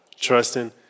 trusting